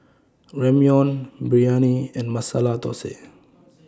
Ramyeon Biryani and Masala Dosa